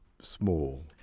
small